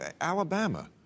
Alabama